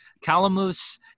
calamus